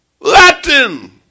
Latin